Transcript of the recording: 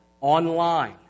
online